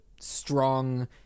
strong